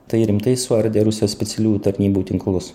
tai rimtai suardė rusijos specialiųjų tarnybų tinklus